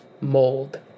mold